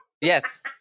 Yes